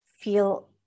feel